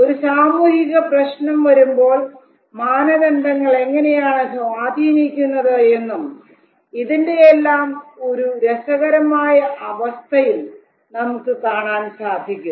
ഒരു സാമൂഹിക പ്രശ്നം വരുമ്പോൾ മാനദണ്ഡങ്ങൾ എങ്ങനെയാണ് സ്വാധീനിക്കുന്നത് എന്നും ഇതിന്റെല്ലാം ഒരു സങ്കരമായ അവസ്ഥയും നമുക്ക് കാണാൻ സാധിക്കും